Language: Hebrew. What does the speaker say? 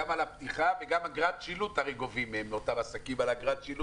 גם בנושא הפתיחה והרי גובים מהעסק גם אגרת שילוט.